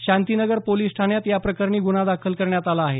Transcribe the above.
Shantinagar police ठाण्यात याप्रकरणी गुन्हा दाखल करण्यात आला आहे